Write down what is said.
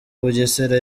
bugesera